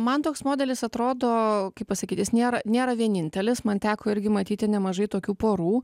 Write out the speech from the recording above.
man toks modelis atrodo kaip pasakyt jis nėra nėra vienintelis man teko irgi matyti nemažai tokių porų